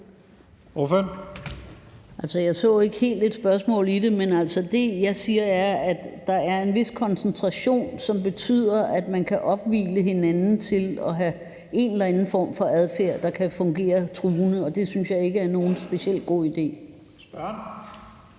jeg hørte ikke helt et spørgsmål i det. Men det, jeg siger, er, at der er en vis koncentration, som betyder, at man kan opildne hinanden til at have en eller anden form for adfærd, der kan være truende, og det synes jeg ikke er nogen specielt god idé. Kl.